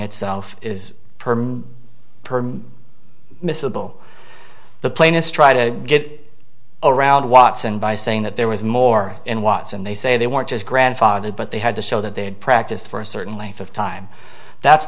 itself is permed miscible the plainest try to get around watson by saying that there was more in watts and they say they weren't just grandfathered but they had to show that they had practiced for a certain length of time that's